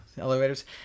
elevators